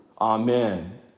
Amen